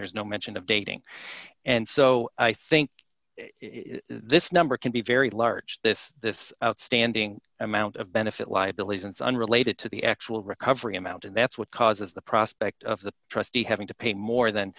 there's no mention of dating and so i think this number can be very large this this outstanding amount of benefit liabilities and is unrelated to the actual recovery amount and that's what causes the prospect of the trustee having to pay more than